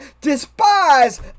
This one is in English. despise